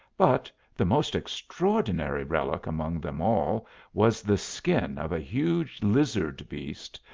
but the most extraordinary relic among them all was the skin of a huge lizard beast,